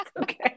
Okay